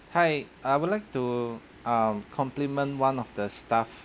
hi I would like to um compliment one of the stuff